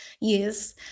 yes